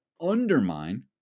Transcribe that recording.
undermine